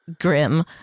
grim